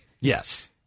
Yes